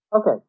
Okay